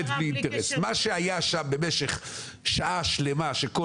צריך להפיק את המרב בלי קשר ל --- מה שהיה שם במשך שעה שלמה שכל